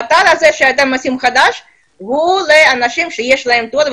האתר הזה הוא לאנשים שיש להם תואר.